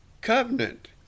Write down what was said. covenant